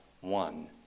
one